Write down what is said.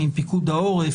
עם פיקוד העורף,